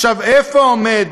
איפה עומד